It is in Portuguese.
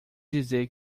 dizer